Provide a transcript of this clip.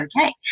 okay